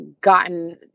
gotten